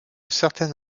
certaine